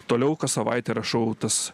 toliau kas savaitę rašau tas